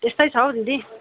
यस्तै छ हौ दिदी